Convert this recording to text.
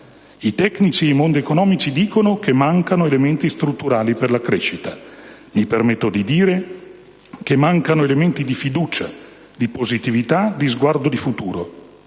I tecnici e i mondi economici dicono che mancano elementi strutturali per la crescita. Mi permetto di dire che mancano elementi di fiducia, di positività, di sguardo al futuro: